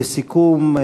לסיכום,